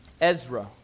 Ezra